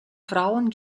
frauen